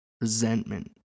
resentment